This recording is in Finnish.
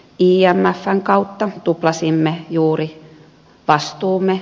imfn kautta tuplasimme juuri vastuumme